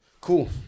Cool